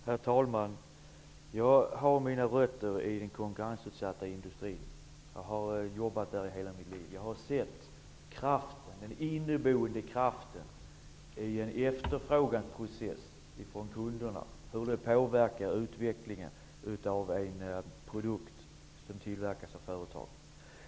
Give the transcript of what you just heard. Herr talman! Jag har mina rötter i den konkurrensutsatta industrin. Jag har jobbat där i hela mitt liv. Jag har sett den inneboende kraften i en efterfrågeprocess från kunderna och hur den påverkar utvecklingen av en produkt som tillverkas av företaget.